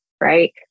right